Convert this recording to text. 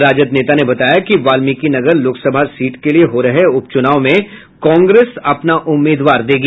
राजद नेता ने बताया कि वाल्मीकिनगर लोकसभा सीट के लिए हो रहे उपच्नाव में कांग्रेस अपना उम्मीदवार देगी